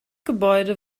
gebäude